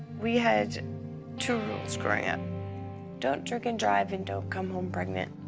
we had two rules growing up don't drink and drive and don't come home pregnant.